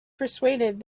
persuaded